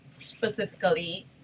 specifically